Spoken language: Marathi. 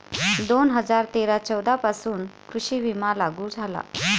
दोन हजार तेरा चौदा पासून कृषी विमा लागू झाला